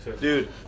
Dude